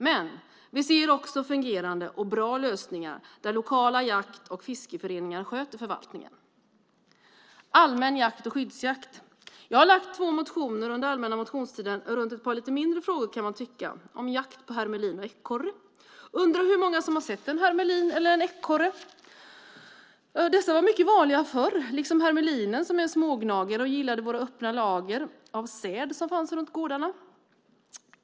Men vi ser också fungerande och bra lösningar där lokala jakt och fiskeföreningar sköter förvaltningen. Allmän jakt och skyddsjakt: Jag har väckt två motioner under allmänna motionstiden runt ett par lite mindre frågor, kan man tycka, om jakt på hermelin och på ekorre. Jag undrar hur många som sett en hermelin eller en ekorre. Ekorrar var mycket vanligare förr, liksom hermelinen som är en smågnagare som gillade våra öppna lager av säd som fanns runt gårdarna.